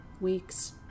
weeks